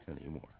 anymore